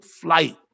flight